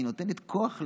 והיא נותנת כוח לנואם,